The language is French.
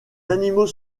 animaux